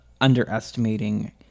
underestimating